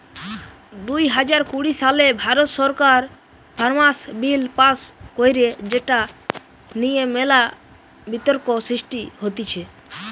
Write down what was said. দুই হাজার কুড়ি সালে ভারত সরকার ফার্মার্স বিল পাস্ কইরে যেটা নিয়ে মেলা বিতর্ক সৃষ্টি হতিছে